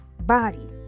body